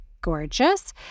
Gorgeous